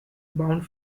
bound